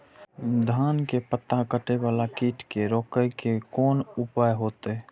धान के पत्ता कटे वाला कीट के रोक के कोन उपाय होते?